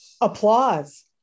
applause